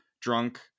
drunk